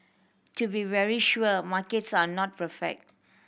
to be very sure markets are not perfect